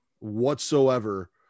whatsoever